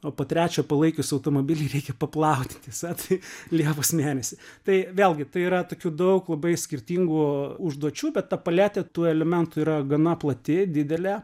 o po trečio palaikius automobilį reikia paplauti tiesa tai liepos mėnesį tai vėlgi tai yra tokių daug labai skirtingų užduočių bet ta paletė tų elementų yra gana plati didelė